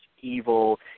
evil